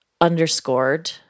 underscored